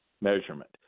measurement